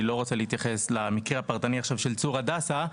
אני לא רוצה להתייחס עכשיו למקרה הפרטני של צור הדסה,